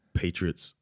patriots